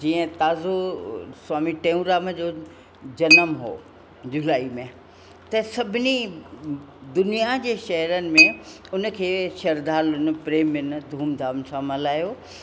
जीअं ताज़ो स्वामी टेऊंराम जो जनमु हो जुलाई में त सभिनी दुनिया जे शहिरनि में उन खे श्रद्धालुनि प्रेमियुनि धूम धाम सां मल्हायो